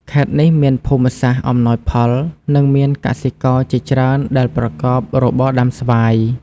ខេត្តនេះមានភូមិសាស្ត្រអំណោយផល និងមានកសិករជាច្រើនដែលប្រកបរបរដាំស្វាយ។